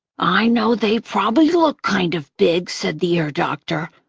i know they probably look kind of big, said the ear doctor,